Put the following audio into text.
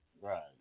Right